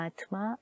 Atma